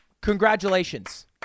Congratulations